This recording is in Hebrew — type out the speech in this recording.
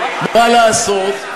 מה לעשות.